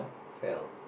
fell